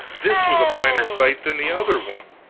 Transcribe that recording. this was a finer sight than the other one.